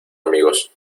amigos